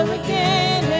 again